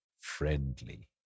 friendly